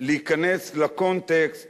להיכנס לקונטקסט